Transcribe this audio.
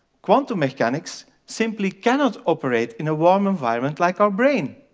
quantum mechanics simply cannot operate in a warm environment like our brain.